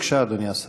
בבקשה, אדוני השר.